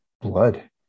blood